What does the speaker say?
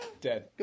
Dead